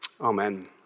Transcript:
amen